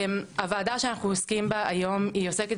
הוועדה שאנחנו עוסקים בה היום היא עוסקת